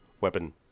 weapon